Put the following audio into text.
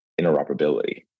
interoperability